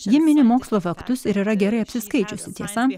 ji mini mokslo faktus ir yra gerai apsiskaičiusi tiesa